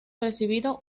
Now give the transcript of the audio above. recibido